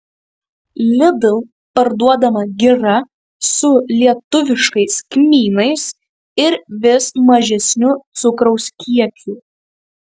lidl parduodama gira su lietuviškais kmynais ir vis mažesniu cukraus kiekiu